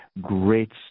great